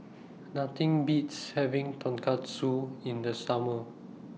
Nothing Beats having Tonkatsu in The Summer